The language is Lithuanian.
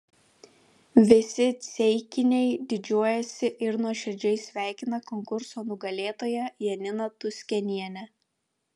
visi ceikiniai didžiuojasi ir nuoširdžiai sveikina konkurso nugalėtoją janiną tuskenienę